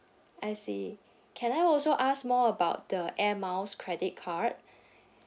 I see can I also ask more about the air miles credit card